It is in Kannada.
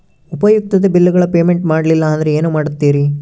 ಉಪಯುಕ್ತತೆ ಬಿಲ್ಲುಗಳ ಪೇಮೆಂಟ್ ಮಾಡಲಿಲ್ಲ ಅಂದರೆ ಏನು ಮಾಡುತ್ತೇರಿ?